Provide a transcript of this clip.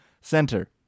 center